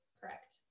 Correct